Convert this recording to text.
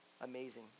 amazing